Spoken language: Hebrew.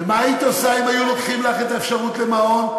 ומה היית עושה אם היו לוקחים לך את האפשרות למעון?